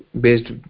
based